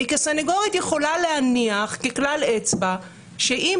אני כסנגורית יכולה להניח ככלל אצבע שאם